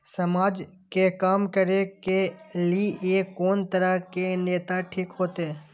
समाज के काम करें के ली ये कोन तरह के नेता ठीक होते?